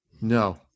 No